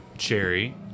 Cherry